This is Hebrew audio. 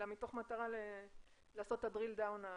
אלא מתוך מטרה לעשות את ה- drill down המתאים.